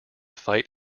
fight